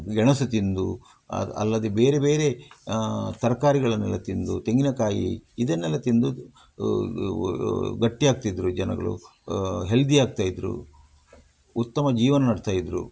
ಗೆಣಸು ತಿಂದು ಅಲ್ಲದೆ ಬೇರೆ ಬೇರೆ ತರಕಾರಿಗಳನ್ನೆಲ್ಲ ತಿಂದು ತೆಂಗಿನಕಾಯಿ ಇದನ್ನೆಲ್ಲ ತಿಂದು ಗಟ್ಟಿಯಾಗ್ತಿದ್ರು ಜನಗಳು ಹೆಲ್ದಿಯಾಗ್ತಾ ಇದ್ದರು ಉತ್ತಮ ಜೀವನ ನಡೆಸ್ತಾಯಿದ್ರು